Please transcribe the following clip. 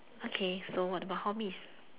okay what about hobbies